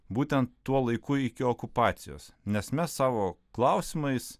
būtent tuo laiku iki okupacijos nes mes savo klausimais